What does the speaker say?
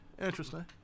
Interesting